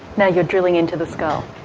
now you're drilling into the skull.